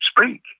speak